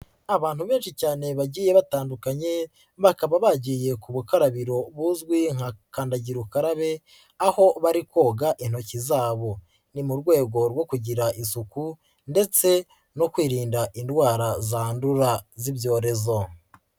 Abantu benshi cyane bagiye batandukanye, bakaba bagiye ku bukarabiro buzwi nka kandagira ukarabe, aho bari koga intoki zabo. Ni mu rwego rwo kugira isuku ndetse no kwirinda indwara zandura z'ibyorezo.